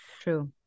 True